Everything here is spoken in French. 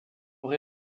rez